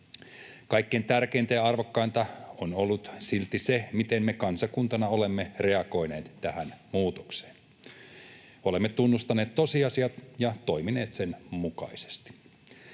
Kaikkein tärkeintä ja arvokkainta on ollut silti se, miten me kansakuntana olemme reagoineet tähän muutokseen. Olemme tunnustaneet tosiasiat ja toimineet sen mukaisesti.